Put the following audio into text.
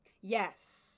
Yes